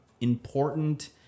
important